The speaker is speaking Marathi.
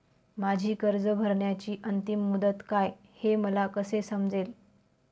माझी कर्ज भरण्याची अंतिम मुदत काय, हे मला कसे समजेल?